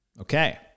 Okay